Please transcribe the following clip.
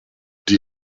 die